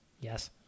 Yes